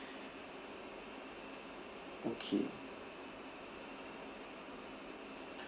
okay